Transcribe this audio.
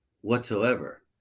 whatsoever